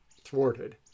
thwarted